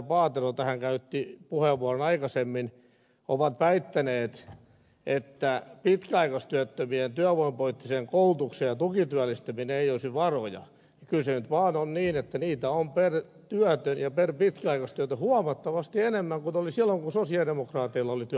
paatero tästä käytti puheenvuoron aikaisemmin ovat väittäneet että pitkäaikaistyöttömien työvoimapoliittiseen koulutukseen ja tukityöllistämiseen ei olisi varoja niin kyllä se nyt vaan on niin että niitä on per työtön ja per pitkäaikaistyötön huomattavasti enemmän kuin oli silloin kun sosialidemokraateilla oli työvoimaministeri